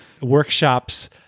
workshops